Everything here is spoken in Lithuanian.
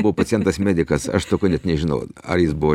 buvo pacientas medikas aš tokio net nežinau ar jis buvo